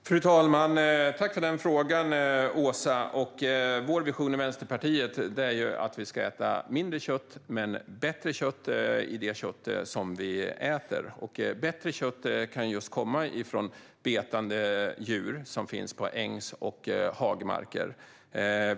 Fru talman! Tack för frågan, Åsa! Vår vision i Vänsterpartiet är att vi ska äta mindre men bättre kött. Bättre kött kan komma just från djur som betar på ängs och hagmarker.